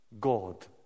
God